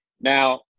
Now